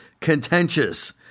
contentious